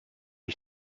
ich